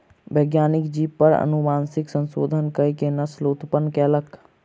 वैज्ञानिक जीव पर अनुवांशिक संशोधन कअ के नस्ल उत्पन्न कयलक